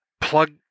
plug